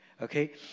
Okay